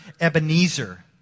Ebenezer